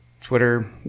Twitter